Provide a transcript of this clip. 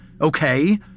okay